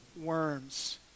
worms